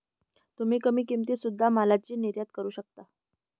तुम्ही कमी किमतीत सुध्दा मालाची निर्यात करू शकता का